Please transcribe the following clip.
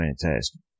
fantastic